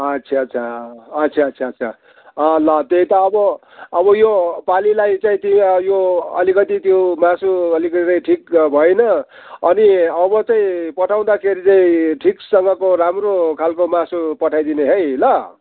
अच्छा अच्छा अच्छा अच्छा अच्छा अँ ल त्यही त अब अब यो पालिलाई चाहिँ त्यो यो अलिकति त्यो मासु अलिकति ठिक भएन अनि अब चाहिँ पठाउँदाखेरि चाहिँ ठिकसँगको राम्रो खालको मासु पठाइदिने है ल